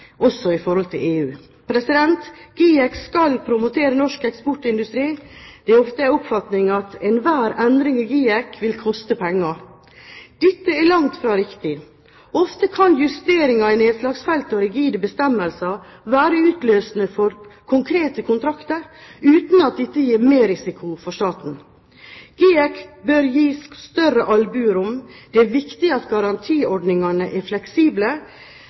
også i forhold til EU. GIEK skal promotere norsk eksportindustri. Det er ofte en oppfatning at enhver endring i GIEK vil koste penger. Dette er langt fra riktig. Ofte kan justeringer i nedslagsfelt og rigide bestemmelser være utløsende for konkrete kontrakter, uten at dette gir merrisiko for staten. GIEK bør gis større albuerom. Det er viktig at garantiordningene er fleksible